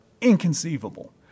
inconceivable